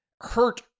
hurt